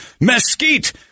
mesquite